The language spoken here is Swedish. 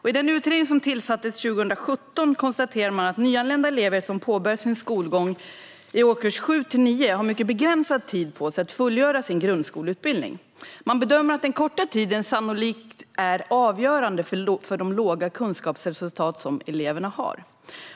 I den utredning som tillsattes 2017 konstaterade man att nyanlända elever som påbörjar sin skolgång i årskurs 7-9 har mycket begränsad tid på sig att fullgöra sin grundskoleutbildning. Man bedömer att den korta tiden sannolikt är avgörande för de låga kunskapsresultat som eleverna når.